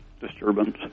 disturbance